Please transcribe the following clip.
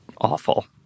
Awful